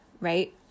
right